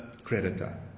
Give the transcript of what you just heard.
creditor